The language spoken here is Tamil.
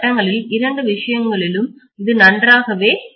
இரண்டு விஷயங்களிலும் இது நன்றாக வேலை செய்யும்